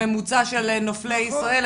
בממוצע של נופלי ישראל,